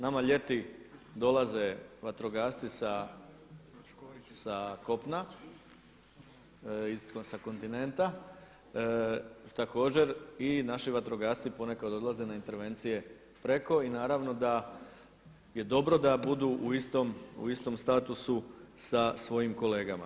Nama ljeti dolaze vatrogasci sa kopna sa kontinenta, također i naši vatrogasci ponekad odlaze na intervencije preko i naravno da je dobro da budu u istom statusu sa svojim kolegama.